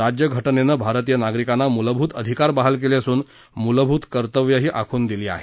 राज्यघटनेनं भारतीय नागरिकांना मूलभूत अधिकार बहाल केले असून मूलभूत कर्तव्यही आखून दिली आहेत